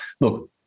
look